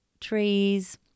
trees